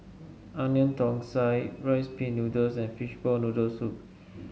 Onion Thosai Rice Pin Noodles and Fishball Noodle Soup